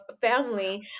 family